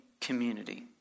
community